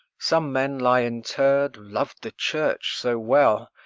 some men lie interr'd lov'd the church so well,